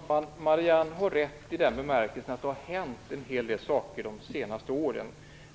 Herr talman! Marianne Carlström har rätt i den bemärkelsen att det har hänt en hel del saker de senaste åren.